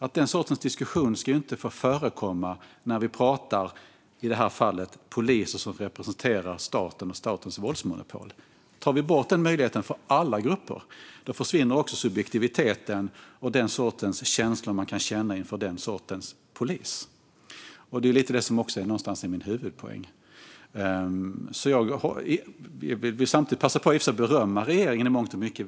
Den sortens diskussion ska inte få förekomma när vi pratar om poliser som representerar staten och statens våldsmonopol. Tar vi bort denna möjlighet för alla grupper försvinner också subjektiviteten och de känslor man kan ha inför den sortens polis. Det är också detta som någonstans är min huvudpoäng. Jag vill samtidigt passa på att berömma regeringen i mångt och mycket.